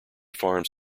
farms